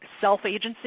self-agency